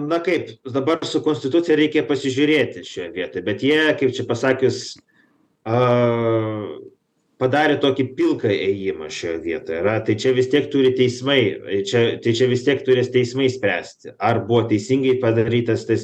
na kaip dabar su konstitucija reikia ir pasižiūrėti šioje vietoj bet jie kaip čia pasakius a padarė tokį pilką ėjimą šioje vietoje ratai čia vis tiek turi teismai ai čia tai čia vis tiek turės teismai spręsti ar buvo teisingai padarytas tas